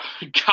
God